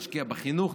נשקיע בחינוך,